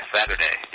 Saturday